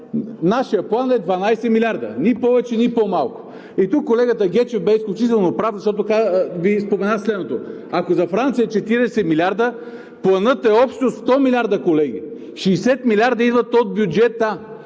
нашият план е 12 милиарда – ни повече, ни по-малко. И тук колегата Гечев беше изключително прав, защото Ви спомена следното: Ако за Франция е 40 милиарда, Планът е общо 100 милиарда, колеги, 60 милиарда идват от бюджета.